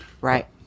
Right